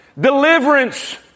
deliverance